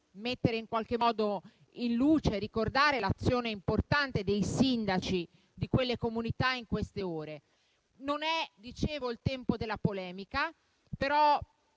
vorrei anche mettere in luce e ricordare l'azione importante dei sindaci di quelle comunità in queste ore. Come dicevo, non è il tempo della polemica, però